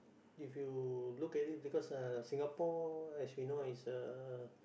if you look at it because uh Singapore as we know is a